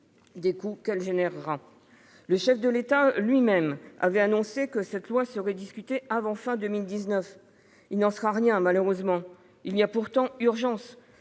des coûts qu'elle engendrera. Le chef de l'État lui-même avait annoncé que cette loi serait discutée avant la fin de 2019. Il n'en sera rien, malheureusement. Il y a pourtant urgence,